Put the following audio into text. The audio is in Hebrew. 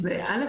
א',